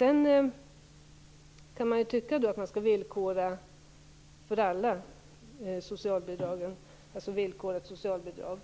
Man kan tycka att vi skall villkora socialbidraget för alla.